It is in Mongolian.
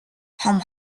том